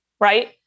right